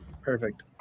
Perfect